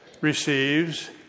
receives